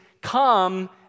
come